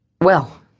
Well